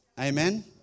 Amen